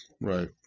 Right